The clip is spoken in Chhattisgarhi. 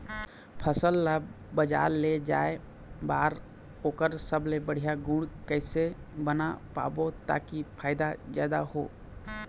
फसल ला बजार ले जाए बार ओकर सबले बढ़िया गुण कैसे बना पाबो ताकि फायदा जादा हो?